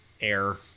Air